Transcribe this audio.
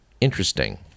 Interesting